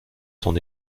son